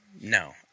no